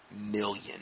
million